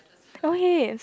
oh yes